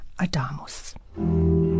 Adamus